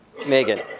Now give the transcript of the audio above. Megan